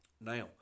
Now